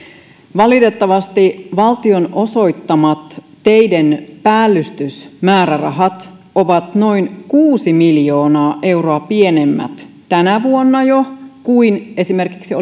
valitettavasti valtion osoittamat teiden päällystysmäärärahat ovat jo noin kuusi miljoonaa euroa pienemmät tänä vuonna kuin olivat esimerkiksi